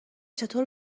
چطور